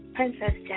Princess